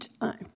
time